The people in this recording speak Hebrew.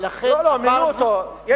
לא לא, מינו אותו.